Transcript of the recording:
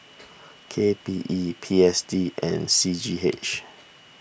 K P E P S D and C G H